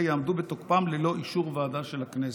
יעמדו בתוקפם ללא אישור ועדה של הכנסת.